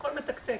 הכול מתקתק.